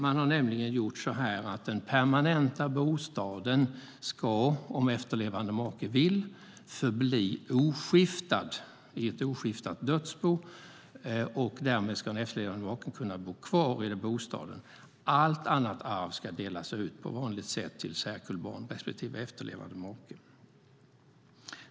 Man har nämligen gjort så att den permanenta bostaden ska, om efterlevande make vill, förbli oskiftad i ett oskiftat dödsbo. Därmed ska den efterlevande maken kunna bo kvar i bostaden. Allt annat arv ska delas ut på vanligt sätt till särkullbarn respektive efterlevande make.